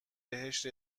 بهش